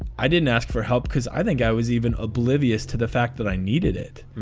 i didn't ask for help because i think i was even oblivious to the fact that i needed it.